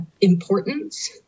importance